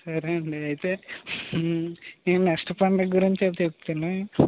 సరే అండీ అయితే ఈ నెక్స్ట్ పండుగ గురించి చెప్తాను